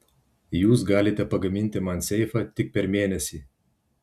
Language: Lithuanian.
jūs galite pagaminti man seifą tik per mėnesį